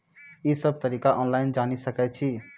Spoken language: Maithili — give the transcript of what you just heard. ई सब तरीका ऑनलाइन जानि सकैत छी?